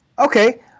Okay